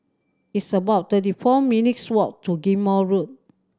it's about thirty four minutes' walk to Ghim Moh Road